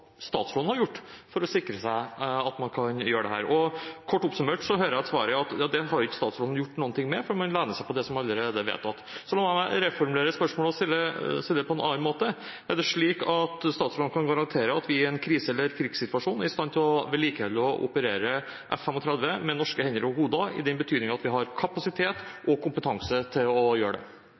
statsråden har gjort for å sikre seg at man kan gjøre dette. Kort oppsummert hører jeg at svaret er at dette har ikke statsråden gjort noen ting med, for man lener seg på det som allerede er vedtatt. La meg reformulere spørsmålet og stille det på en annen måte: Er det slik at statsråden kan garantere at vi i en krise eller i en krigssituasjon er i stand til å vedlikeholde og operere F-35 med norske hender og hoder, i den betydning at vi har kapasitet og kompetanse til å gjøre det?